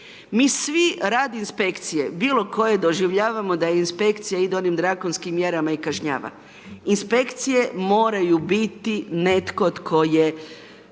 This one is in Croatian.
mi svi rad inspekcije, bilo koje doživljavamo da inspekcija ide onim drakonskim mjerama i kažnjava. Inspekcije moraju biti netko tko je,